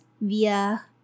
via